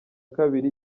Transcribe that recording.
kabiri